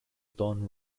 don